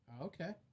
okay